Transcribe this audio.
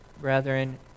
brethren